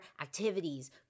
activities